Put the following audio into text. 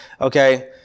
okay